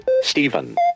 Stephen